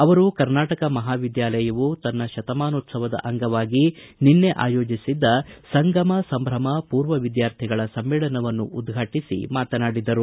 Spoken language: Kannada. ಅವರು ಕರ್ನಾಟಕ ಮಹಾವಿದ್ಯಾಲಯವು ತನ್ನ ಶತಮಾನೋತ್ಸವದ ಅಂಗವಾಗಿ ನಿನ್ನೆ ಆಯೋಜಿಸಿದ್ದ ಸಂಗಮ ಸಂಭಮ ಪೂರ್ವ ವಿದ್ಯಾರ್ಥಿಗಳ ಸಮ್ಮೇಳನವನ್ನು ಉದ್ಘಾಟಿಸಿ ಮಾತನಾಡಿದರು